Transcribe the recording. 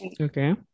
Okay